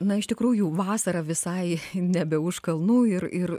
na iš tikrųjų vasara visai nebe už kalnų ir ir